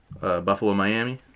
Buffalo-Miami